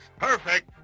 Perfect